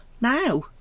now